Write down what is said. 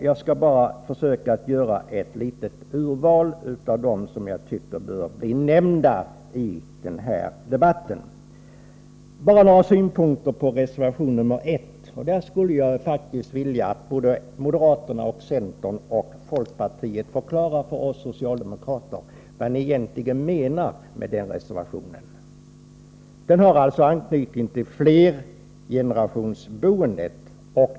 Jag skall försöka att göra ett litet urval av reservationer som jag tycker bör bli nämnda i den här debatten. För att börja med reservation 1 skulle jag vilja att moderaterna, centern och folkpartiet förklarar för oss socialdemokrater vad som egentligen menas med den reservationen.